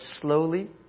slowly